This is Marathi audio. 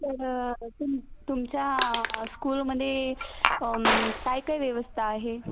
तर तुम तुमच्या स्कूलमध्ये काय काय व्यवस्था आहे